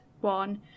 one